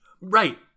right